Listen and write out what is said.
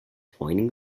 pointing